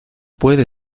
puede